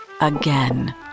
Again